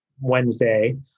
Wednesday